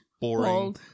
boring